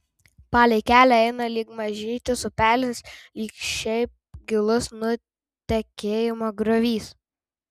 palei kelią eina lyg mažytis upelis lyg šiaip gilus nutekėjimo griovys